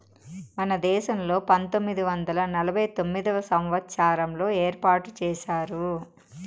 మన దేశంలో పంతొమ్మిది వందల నలభై తొమ్మిదవ సంవచ్చారంలో ఏర్పాటు చేశారు